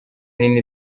nini